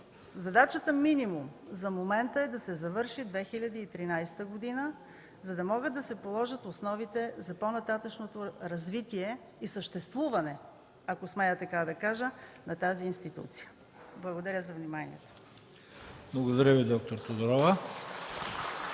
задачата минимум за момента е да се завърши 2013 г., за да могат да се положат основите за по-нататъшното развитие и съществуване, ако смея така да кажа, на тази институция. Благодаря за вниманието. (Ръкопляскания от КБ.)